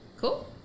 cool